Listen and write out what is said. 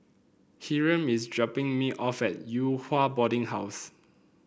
Hyrum is dropping me off at Yew Hua Boarding House